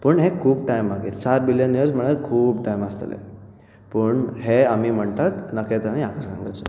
पूण हें खूब टायम मागीर चार बिलीयन म्हळ्यार खूब टायम आसतलें पूण हें आमी म्हणटात नकेत्रां आनी आकाशगंगा